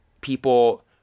people